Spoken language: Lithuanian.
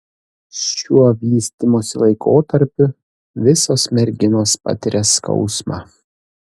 šiuo vystymosi laikotarpiu visos merginos patiria skausmą